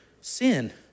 sin